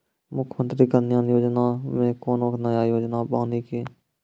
मुख्यमंत्री कल्याण योजना मे कोनो नया योजना बानी की?